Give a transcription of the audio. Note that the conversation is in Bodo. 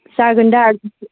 जागोन दा